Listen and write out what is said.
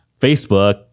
Facebook